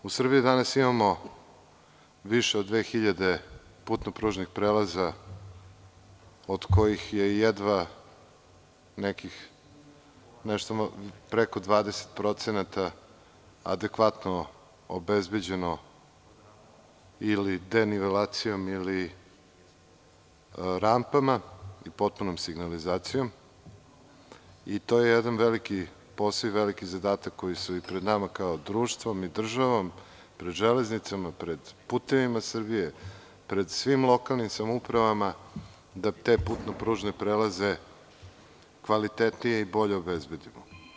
U Srbiji danas imamo više od 2000 putno-pružnih prelaza, od kojih je jedva nešto preko 20% adekvatno obezbeđeno ili denivelacijom ili rampama, potpunom signalizacijom i to jedan veliki posao, veliki zadatak koji je pred nama kao društvom i državom, pred „Železnicama“, pred „Putevima Srbije“, pred svim lokalnim samoupravama, da te putno-pružne prelaze kvalitetnije i bolje obezbedimo.